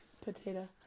potato